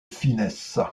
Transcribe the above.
finesse